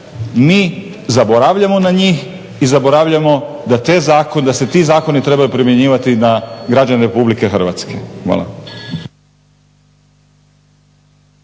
mi zaboravljamo na njih i zaboravljamo da te zakone, da se ti zakoni trebaju primjenjivati na građane Republike Hrvatske. Hvala.